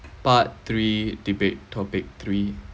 part three debate topic three